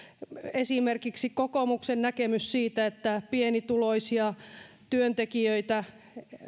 esimerkiksi kokoomuksen näkemys siitä että pienituloisia työntekijöitä